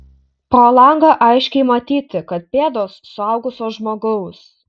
pro langą aiškiai matyti kad pėdos suaugusio žmogaus